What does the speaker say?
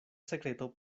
sekreto